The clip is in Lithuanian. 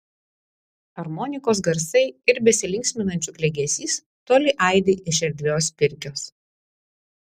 armonikos garsai ir besilinksminančių klegesys toli aidi iš erdvios pirkios